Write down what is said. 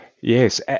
yes